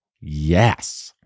yes